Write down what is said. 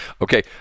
Okay